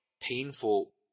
painful